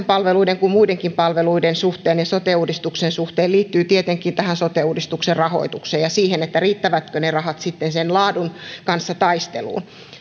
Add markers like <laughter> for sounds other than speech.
<unintelligible> palveluiden kuin muidenkin palveluiden suhteen ja sote uudistuksen suhteen liittyy tietenkin tähän sote uudistuksen rahoitukseen ja siihen riittävätkö ne rahat sitten sen laadun kanssa taisteluun